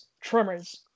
Tremors